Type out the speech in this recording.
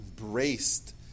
embraced